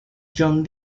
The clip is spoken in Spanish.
john